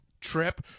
trip